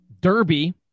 Derby